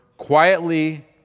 Quietly